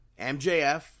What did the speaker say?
MJF